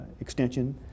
extension